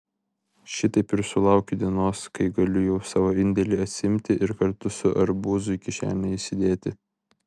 šitaip ir sulaukiu dienos kai galiu jau savo indėlį atsiimti ir kartu su arbūzu į kišenę įsidėti